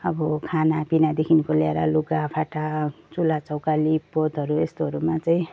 अब खानापिनादेखिको लिएर लुगाफाटा चुलाचौका लिपपोतहरू यस्तोहरूमा चाहिँ